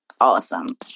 awesome